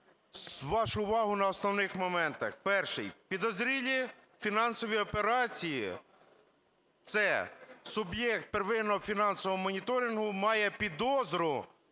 вашу увагу на основних моментах. Перший. Підозрілі фінансові операції – це суб'єкт первинного фінансового моніторингу має підозру